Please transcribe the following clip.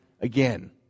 again